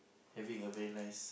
having a very nice